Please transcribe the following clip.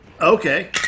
Okay